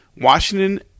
Washington